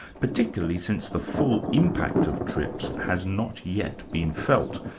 particularly since the full impact of trips has not yet been felt.